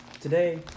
Today